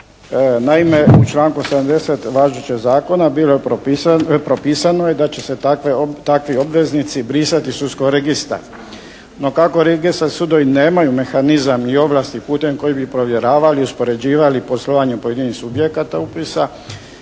Naime, u članku 70. važećeg zakona propisano je da će se takvi obveznici brisati iz sudskog registra. No, kako registarski sudovi nemaju mehanizam i ovlasti putem kojih bi provjeravali i uspoređivali poslovanje pojedinih subjekata upisa